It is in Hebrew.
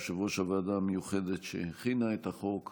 יושב-ראש הוועדה המיוחדת שהכינה את הצעת חוק,